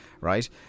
right